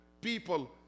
people